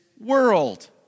world